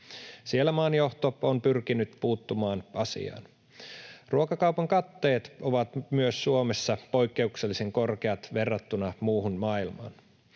Siellä maan johto on pyrkinyt puuttumaan asiaan. Myös ruokakaupan katteet ovat Suomessa poikkeuksellisen korkeat verrattuna muuhun maailmaan.